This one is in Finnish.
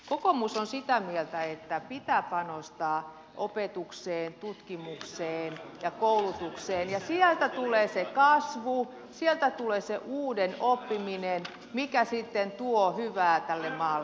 kokoomus on sitä mieltä että pitää panostaa opetukseen tutkimukseen ja koulutukseen ja sieltä tulee se kasvu sieltä tulee se uuden oppiminen mikä sitten tuo hyvää tälle maalle